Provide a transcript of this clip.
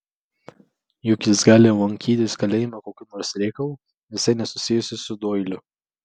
juk jis gali lankytis kalėjime kokiu nors reikalu visai nesusijusiu su doiliu